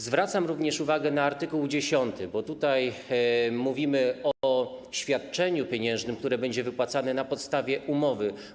Zwracam też uwagę na art. 10, bo tutaj mówimy o świadczeniu pieniężnym, które będzie wypłacane na podstawie umowy.